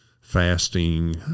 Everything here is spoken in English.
fasting